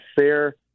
fair